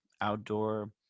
outdoor